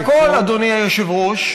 והכול, אדוני היושב-ראש,